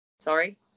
Sorry